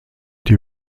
die